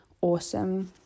awesome